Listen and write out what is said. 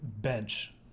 bench